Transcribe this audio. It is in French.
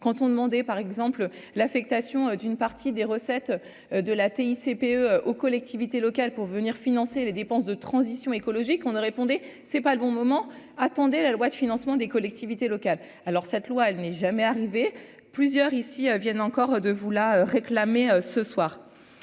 canton demandé par exemple l'affectation d'une partie des recettes de la TICPE aux collectivités locales pour venir financer les dépenses de transition écologique, on ne répondez : c'est pas le bon moment, attendez la loi de financement des collectivités locales, alors cette loi, elle n'est jamais arrivé plusieurs ici viennent encore de vous la réclamez ce soir